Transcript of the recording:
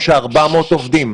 צריך לסכם שהחוק הזה עובר היום.